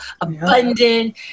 abundant